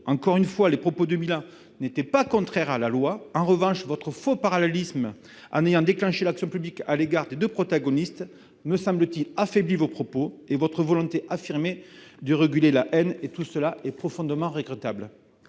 Encore une fois, les propos de Mila n'étaient pas contraires à la loi ; en revanche, votre faux parallélisme- le déclenchement d'une action publique à l'égard des deux protagonistes -affaiblit, me semble-t-il, vos propos et votre volonté affirmée de réguler la haine. Tout cela est profondément regrettable.